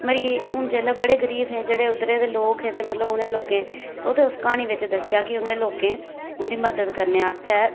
मरी गेई हून जिसलै बड़े गरीब हे उद्धर दे लोग हे मतलब उंहे लोगें ओह् ते उस क्हानी बिच दस्सेआ कि लोके उंदी मदद करने आस्तै